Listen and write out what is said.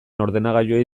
ordenagailuei